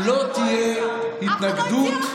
אם לא תהיה התנגדות,